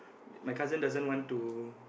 My cousin doesn't want to